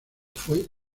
fue